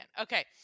Okay